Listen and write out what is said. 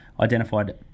identified